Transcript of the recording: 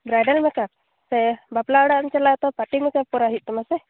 bridal makeup ᱥᱮ ᱵᱟᱯᱞᱟ ᱚᱲᱟᱜ ᱮᱢ ᱪᱟᱞᱟᱜᱼᱟ ᱛᱳ ᱯᱟᱴᱤ ᱢᱮᱠᱟᱯ ᱠᱚᱨᱟᱣ ᱦᱩᱭᱩᱜ ᱛᱟᱢᱟ ᱥᱮ